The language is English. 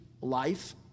life